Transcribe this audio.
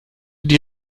die